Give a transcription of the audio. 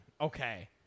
Okay